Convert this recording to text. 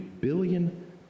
billion